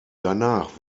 danach